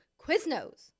Quiznos